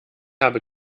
habe